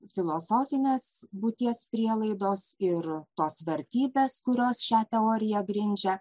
filosofinės būties prielaidos ir tos vertybės kurios šią teoriją grindžia